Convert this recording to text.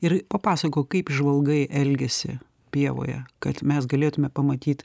ir papasakok kaip žvalgai elgiasi pievoje kad mes galėtume pamatyt